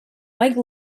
like